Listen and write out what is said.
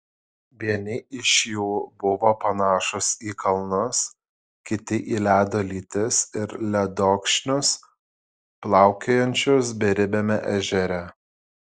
vieni iš jų buvo panašūs į kalnus kiti į ledo lytis ir ledokšnius plaukiojančius beribiame ežere